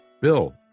bill